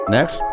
Next